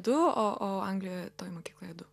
du o o anglijoje toj mokykloj du